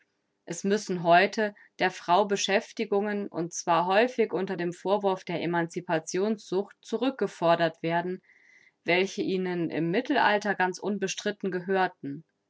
es müssen heute der frau beschäftigungen und zwar häufig unter dem vorwurf der emancipationssucht zurückgefordert werden welche ihnen im mittelalter ganz unbestritten gehörten